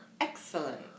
Excellent